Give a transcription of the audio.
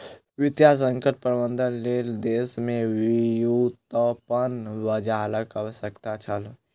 वित्तीय संकट प्रबंधनक लेल देश में व्युत्पन्न बजारक आवश्यकता छल